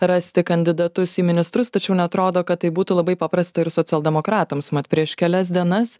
rasti kandidatus į ministrus tačiau neatrodo kad tai būtų labai paprasta ir socialdemokratams mat prieš kelias dienas